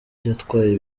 yatwaye